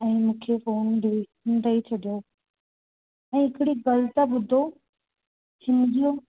ऐं मूंखे फ़ोन ॾी ॾेई छॾियो ऐं हिकिड़ी ॻाल्हि त ॿुधो हिन जो